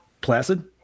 Placid